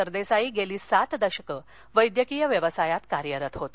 सरदेसाई गेली सात दशकं वैद्यकीय व्यवसायात कार्यरत होते